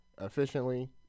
efficiently